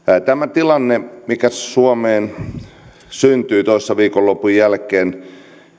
tilanne mikä suomeen syntyi toissa viikonlopun jälkeen